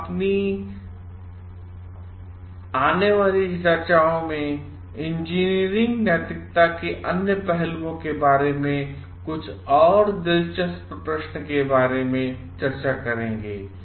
हम अपनी आने वाली चर्चाओं में इंजीनियरिंग नैतिकता के अन्य पहलुओं के बारे में कुछ और दिलचस्प प्रश्न के बारे में चर्चा करेंगे